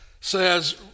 says